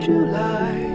July